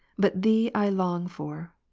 but thee i long for,